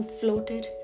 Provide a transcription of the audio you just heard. floated